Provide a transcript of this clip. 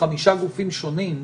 חמישה גופים שונים,